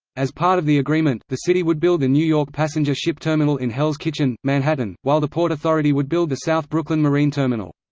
as part of the agreement, the city would build the new york passenger ship terminal in hell's kitchen, manhattan, while the port authority would build the south brooklyn marine terminal.